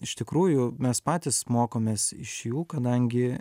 iš tikrųjų mes patys mokomės iš jų kadangi